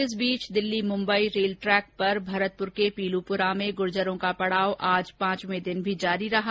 इस बीच Delhi Mumbai rail track पर भरतपुर के पीलूपुरा में गुर्जरों का पड़ाव आज पांचवे दिन भी जारी रहा